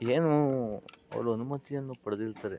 ಏನು ಅವರು ಅನುಮತಿಯನ್ನು ಪಡೆದಿರ್ತಾರೆ